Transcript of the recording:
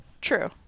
true